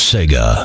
Sega